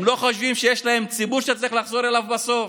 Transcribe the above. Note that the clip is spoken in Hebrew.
הם לא חושבים שיש להם ציבור שצריך לחזור אליו בסוף?